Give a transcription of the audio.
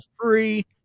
free